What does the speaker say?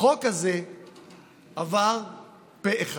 החוק הזה עבר פה אחד,